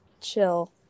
chill